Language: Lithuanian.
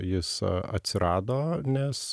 jis atsirado nes